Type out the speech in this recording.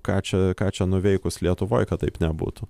ką čia ką čia nuveikus lietuvoj kad taip nebūtų